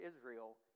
Israel